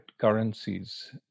currencies